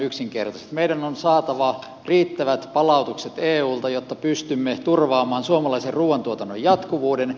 meidän on saatava riittävät palautukset eulta jotta pystymme turvaamaan suomalaisen ruuantuotannon jatkuvuuden